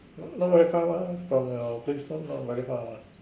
not very far mah from your place lor not very far what